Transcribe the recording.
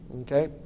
Okay